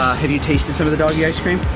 have you tasted some of the doggy ice-cream?